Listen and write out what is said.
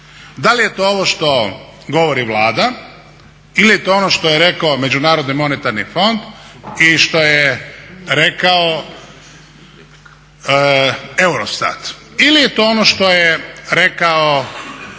Da li je to ovo što govori Vlada ili je to ono što je rekao Međunarodni monetarni fond i što je rekao EUROSTAT ili je to ono što je rekao i